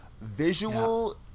visual